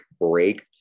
break